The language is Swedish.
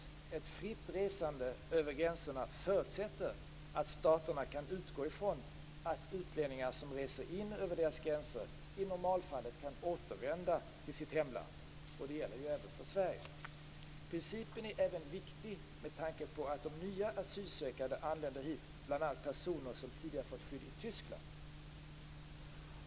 Ett fritt resande över gränserna förutsätter att staterna kan utgå ifrån att utlänningar som reser in över deras gränser i normalfallet kan återvända till sitt hemland. Det här gäller även för Sverige. Principen är även viktig med tanke på att nya asylsökande anländer hit, bl.a. personer som tidigare har fått skydd i Tyskland.